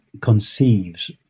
conceives